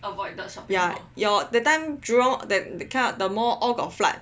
ya ya that time Jurong that kind the mall all got flood